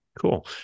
Cool